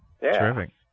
Terrific